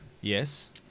Yes